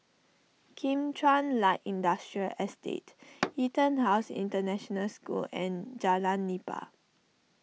Kim Chuan Light Industrial Estate EtonHouse International School and Jalan Nipah